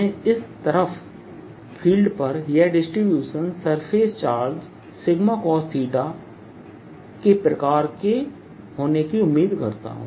मैं इस तरफ फील्ड पर यह डिसटीब्यूशन सरफेस चार्ज cos प्रकार के होने की उम्मीद करता हूं